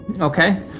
Okay